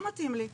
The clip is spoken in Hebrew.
לא מתאים לי.